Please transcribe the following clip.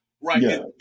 Right